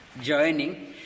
joining